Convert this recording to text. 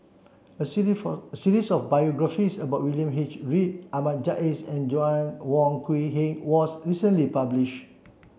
a for series of biographies about William H Read Ahmad Jais and Joanna Wong Quee Heng was recently published